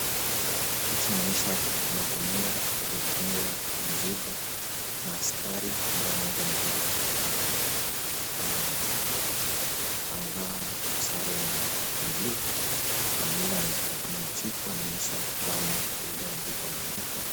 Picha inaonyesha magunia yaliofungwa mzigo na askari ambao mmoja amevaa sare ya buluu na mwingine anaonekana kama ni chifu anaonyesha bango lililoandikwa maandiko.